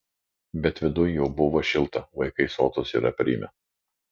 bet viduj jau buvo šilta vaikai sotūs ir aprimę